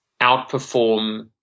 outperform